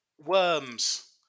Worms